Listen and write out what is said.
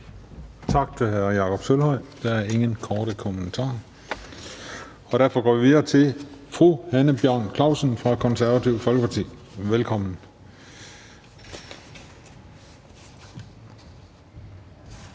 Tak til hr. Jakob Sølvhøj. Der er ingen korte bemærkninger. Derfor går vi videre til fru Hanne Bjørn-Klausen fra Det Konservative Folkeparti. Velkommen.